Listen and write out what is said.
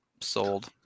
Sold